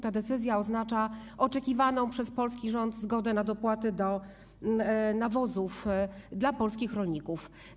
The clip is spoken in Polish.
Ta decyzja oznacza oczekiwaną przez polski rząd zgodę na dopłaty do nawozów dla polskich rolników.